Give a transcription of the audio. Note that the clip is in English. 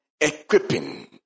equipping